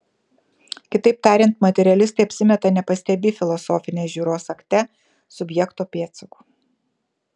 kitaip tariant materialistai apsimeta nepastebį filosofinės žiūros akte subjekto pėdsakų